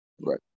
right